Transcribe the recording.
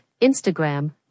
instagram